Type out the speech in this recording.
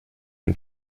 den